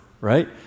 right